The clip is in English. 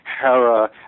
Hera